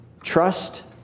trust